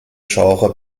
genre